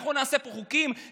אנחנו נעשה פה חוקים,